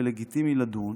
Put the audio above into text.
ולגיטימי לדון,